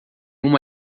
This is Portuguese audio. uma